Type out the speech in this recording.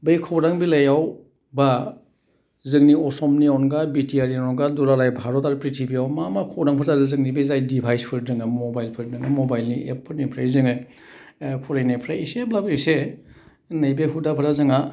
बै खौरां बिलाइयाव बा जोंनि असमनि अनगा बिटिआरनि अनगा दुलाराय भारत आरो पृथिवीआव मा मा खरांफोर जादों जोंनि बे जाय डिभाइसफोर दोङो मबाइलफोर दोङो मबाइलनि एपफोरनिफ्राय जोङो फरायनायफ्रा एसेब्लाबो एसे नैबे हुदाफोरा जोंहा